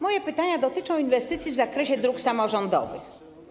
Moje pytania dotyczą inwestycji w zakresie dróg samorządowych.